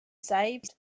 saved